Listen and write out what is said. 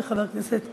וחבר הכנסת מוזס,